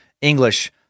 English